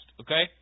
Okay